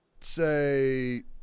say